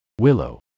Willow